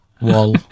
Wall